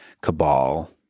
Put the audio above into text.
cabal